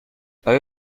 آیا